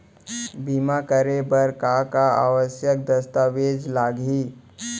बीमा करे बर का का आवश्यक दस्तावेज लागही